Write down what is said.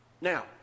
Now